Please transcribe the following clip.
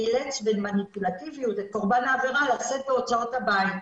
אילץ במניפולטיביות את קורבן העבירה לשאת בהוצאות הבית,